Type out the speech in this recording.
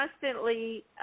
constantly –